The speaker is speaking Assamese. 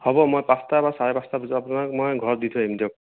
হ'ব মই পাঁচটা বা চাৰে পাঁচটা বজাত আপোনাক মই ঘৰত দি থৈ আহিম দিয়ক